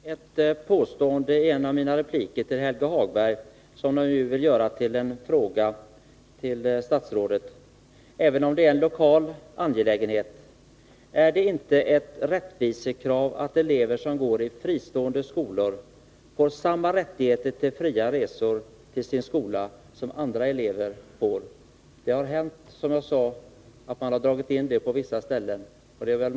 Herr talman! I en av mina tidigare repliker till Helge Hagberg gjorde jag ett påstående som jag nu vill göra till en fråga till statsrådet, även om det gäller en lokal angelägenhet: Är det inte ett rättvisekrav att elever som går i fristående skolor skall ha samma rätt till fria resor till sin skola som andra elever har? Det har, som jag sade, hänt att man på vissa ställen dragit in den rätten.